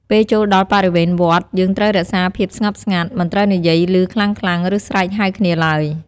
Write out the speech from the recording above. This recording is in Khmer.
ពេលចូលដល់បរិវេណវត្ត យើងត្រូវរក្សាភាពស្ងប់ស្ងាត់ មិនត្រូវនិយាយឮខ្លាំងៗ ឬស្រែកហៅគ្នាឡើយ។